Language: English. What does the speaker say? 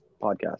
podcast